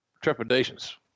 trepidations